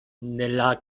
nella